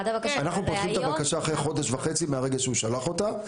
אנחנו פותחים את הבקשה אחרי חודש וחצי מהרגע שהוא שלח אותה,